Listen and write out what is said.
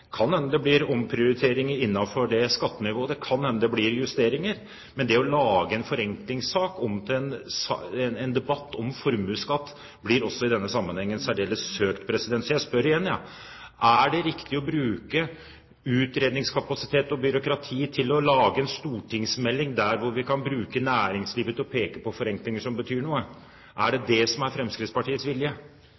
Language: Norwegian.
kan hende det blir omprioriteringer innenfor det skattenivået, det kan hende det blir justeringer. Men det å gjøre en forenklingssak om til en debatt om formuesskatt blir også i denne sammenhengen særdeles søkt. Jeg spør igjen: Er det riktig å bruke utredningskapasitet og byråkrati til å lage en stortingsmelding der hvor vi kan bruke næringslivet til å peke på forenklinger som betyr noe? Er det